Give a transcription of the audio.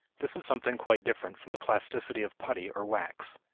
this is something quite different from the plasticity of putty or wax.